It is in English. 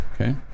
okay